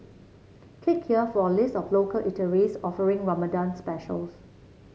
click here for a list of local eateries offering Ramadan specials